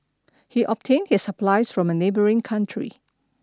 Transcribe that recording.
he obtained his supplies from a neighboring country